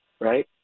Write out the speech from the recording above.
right